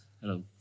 Hello